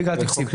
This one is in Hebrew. לא בגלל התקציב,